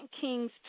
Kings